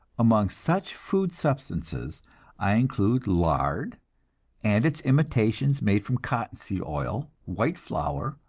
among such food substances i include lard and its imitations made from cottonseed oil, white flour,